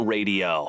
Radio